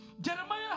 Jeremiah